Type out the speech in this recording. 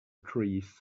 trees